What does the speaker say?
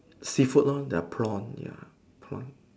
seafood lor the prawn ya the prawns